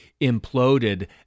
imploded